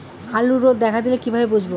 আলুতে রোগ দেখা দিলে কিভাবে বুঝবো?